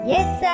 Yes